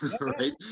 right